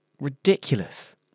ridiculous